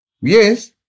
Yes